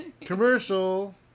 Commercial